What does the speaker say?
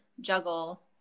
juggle